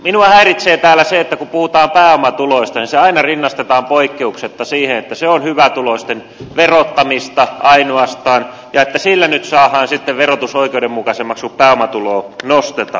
minua häiritsee täällä se että kun puhutaan pääomatuloista se aina rinnastetaan poikkeuksetta siihen että se on hyvätuloisten verottamista ainoastaan ja että sillä nyt saadaan sitten verotus oikeudenmukaisemmaksi kun pääomatuloa nostetaan